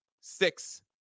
six